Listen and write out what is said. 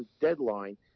deadline